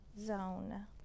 zone